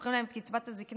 לוקחים להם את קצבת הזקנה,